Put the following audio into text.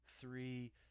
three